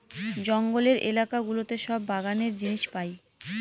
জঙ্গলের এলাকা গুলোতে সব বাগানের জিনিস পাই